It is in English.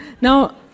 now